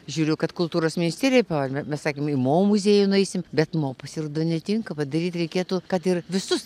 žiūriu kad kultūros ministerijai paval me mes sakėm į mo muziejų nueisim bet mo pasirodo netinka vat daryt reikėtų kad ir visus